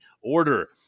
Order